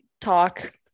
talk